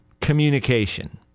communication